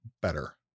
better